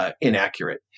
Inaccurate